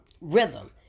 rhythm